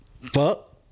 Fuck